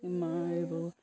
মই